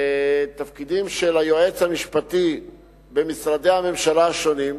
תפקידים של היועץ המשפטי במשרדי הממשלה השונים,